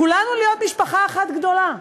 כולנו להיות משפחה אחת גדולה,